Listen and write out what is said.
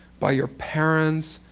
by your parents,